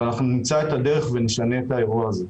ואנחנו נמצא את הדרך ונשנה את האירוע הזה.